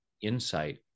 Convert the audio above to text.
insight